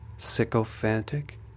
Sycophantic